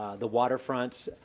the waterfronts,